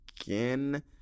again